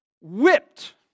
whipped